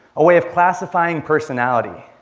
a way of classifying personality.